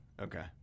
Okay